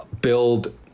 build